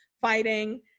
fighting